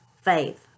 faith